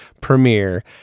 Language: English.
premiere